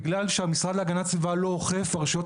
בגלל שהמשרד להגנת הסביבה לא אוכף והרשויות